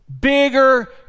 bigger